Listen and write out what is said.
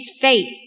faith